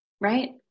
Right